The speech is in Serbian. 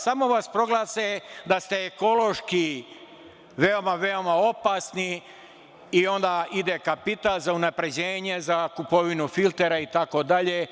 Samo vas proglase da ste ekološki veoma, veoma opasni, i onda kapital za unapređenje, za kupovinu filtera, itd.